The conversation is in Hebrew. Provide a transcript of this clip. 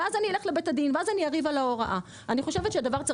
אני אלך לבית הדין".